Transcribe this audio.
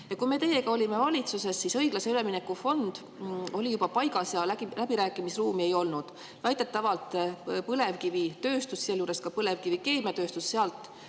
Kui me teiega olime valitsuses, siis õiglase ülemineku fond oli juba paigas ja läbirääkimisruumi ei olnud. Väidetavalt põlevkivitööstus, sealjuures ka põlevkivikeemiatööstus,